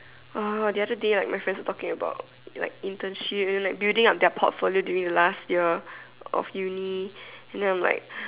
oh the other day like my friends were talking about like internship and then like building up their portfolio during the last year of uni and then I am like